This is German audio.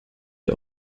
der